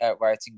writing